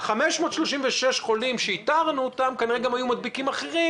536 חולים שאיתרנו, כנראה היו מדביקים גם אחרים.